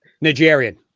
Nigerian